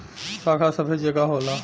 शाखा सबै जगह होला